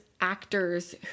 actors